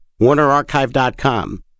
WarnerArchive.com